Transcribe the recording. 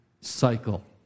cycle